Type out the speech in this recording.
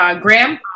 Graham